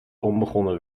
onbegonnen